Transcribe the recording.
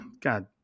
God